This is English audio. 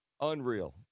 Unreal